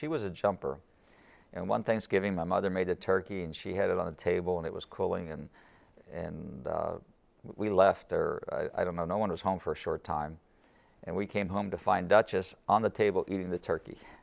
she was a jumper and one thanksgiving my mother made a turkey and she had it on the table and it was calling and we left or i don't know no one was home for a short time and we came home to find duchess on the table eating the turkey